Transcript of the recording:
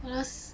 !wah!